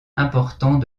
important